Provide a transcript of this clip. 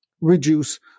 reduce